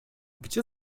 gdzie